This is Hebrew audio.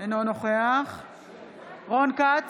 אינו נוכח רון כץ,